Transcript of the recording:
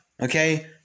Okay